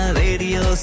radio